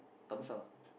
double sound